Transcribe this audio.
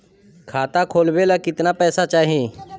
खाता खोलबे ला कितना पैसा चाही?